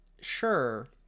Sure